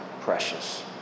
precious